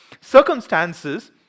circumstances